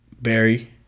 Barry